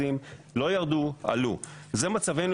זה מצבנו,